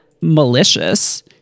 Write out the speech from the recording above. malicious